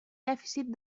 dèficit